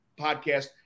podcast